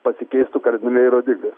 pasikeistų kardinaliai ir rodiklis